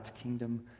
kingdom